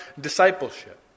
discipleship